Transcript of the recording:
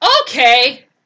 Okay